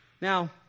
Now